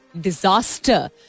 disaster